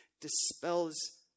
dispels